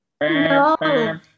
No